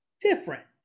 different